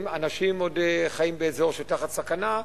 אנשים עוד חיים באזור שהוא תחת סכנה.